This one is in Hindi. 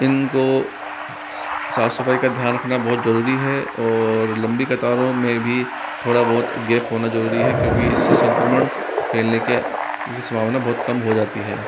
इनको साफ़ सफाई का ध्यान रखना बहुत ज़रूरी है और लंबी कतारों में भी थोड़ा बहुत गैप होना ज़रूरी है क्योंकि इससे संक्रमण फैलने की संभावना बहुत कम हो जाती है